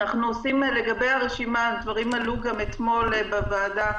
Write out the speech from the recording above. לגבי הרשימה, דברים עלו גם אתמול בוועדה.